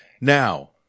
Now